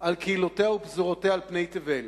על קהילותיה ופזורותיה על פני תבל.